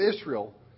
Israel